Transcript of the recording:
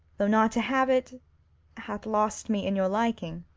though not to have it hath lost me in your liking.